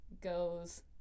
goes